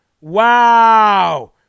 Wow